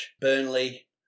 Burnley